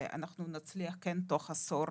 ונצליח תוך עשור